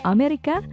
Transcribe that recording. Amerika